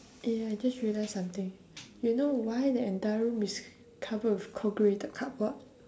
eh I just realise something you know why the entire room is covered with corrugated cardboard